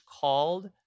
called